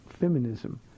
feminism